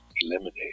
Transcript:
eliminate